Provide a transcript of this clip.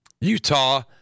Utah